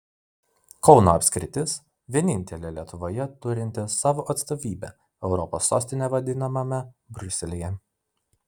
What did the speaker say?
kauno apskritis vienintelė lietuvoje turinti savo atstovybę europos sostine vadinamame briuselyje